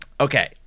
Okay